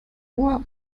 ohr